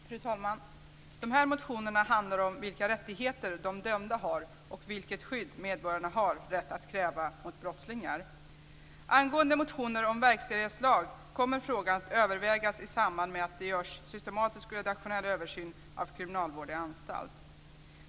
Fru talman! De här motionerna handlar om vilka rättigheter de dömda har och vilket skydd medborgarna har rätt att kräva mot brottslingar. Frågan i motionen om en ny verkställighetslag kommer att övervägas i samband med att det görs en systematisk och redaktionell översyn av lagen om kriminalvård i anstalt.